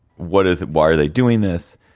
what is it? why are they doing this?